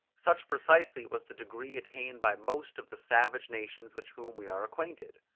such precisely was the degree attained by most of the savage nations with whom we are acquainted.